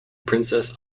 princess